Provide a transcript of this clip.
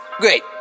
Great